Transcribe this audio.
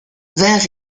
vinrent